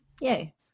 yay